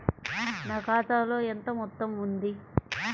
నా ఖాతాలో ఎంత మొత్తం ఉంది?